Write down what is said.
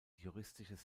juristisches